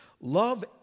Love